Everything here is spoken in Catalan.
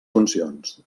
funcions